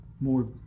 more